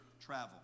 travel